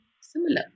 similar